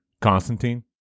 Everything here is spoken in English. Constantine